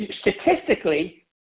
statistically